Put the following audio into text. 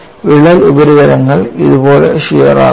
വിള്ളൽ ഉപരിതലങ്ങൾ ഇതുപോലെ ഷിയർ ആകുന്നു